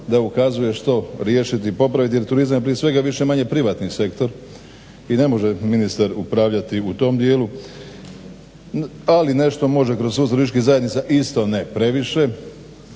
da ukazuje što riješiti i popraviti jer turizam je prije svega više-manje privatni sektor i ne može ministar upravljati u tom dijelu, ali nešto može kroz … turističkih zajednica isto ne previše,